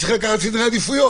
צריך לקחת סדרי עדיפויות.